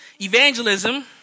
evangelism